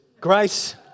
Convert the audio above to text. grace